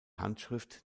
handschrift